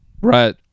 right